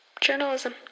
journalism